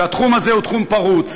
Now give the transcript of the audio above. התחום הזה הוא תחום פרוץ.